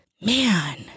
man